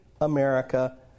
America